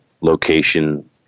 location